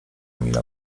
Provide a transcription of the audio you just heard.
emila